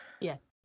Yes